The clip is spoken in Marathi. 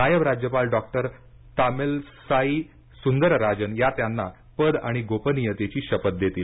नायब राज्यपाल डॉक्टर तामिल्साई सुंदरराजन या त्यांना पद आणि गोपनीयतेची शपथ देतील